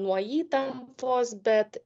nuo įtampos bet